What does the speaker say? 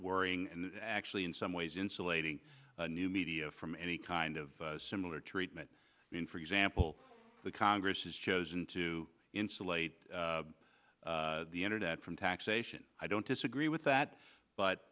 worrying and actually in some ways insulating new media from any kind of similar treatment when for example the congress has chosen to insulate the internet from taxation i don't disagree with that but